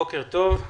בוקר טוב.